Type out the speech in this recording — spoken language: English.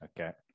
okay